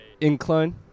incline